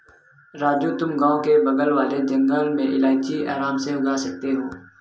राजू तुम गांव के बगल वाले जंगल में इलायची आराम से उगा सकते हो